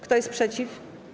Kto jest przeciw?